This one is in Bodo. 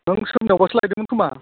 नों सोरनियावबासो लायदोंमोन खोमा